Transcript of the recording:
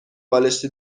بالشت